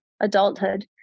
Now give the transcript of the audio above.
adulthood